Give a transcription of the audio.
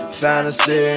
fantasy